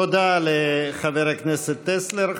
תודה לחבר הכנסת טסלר.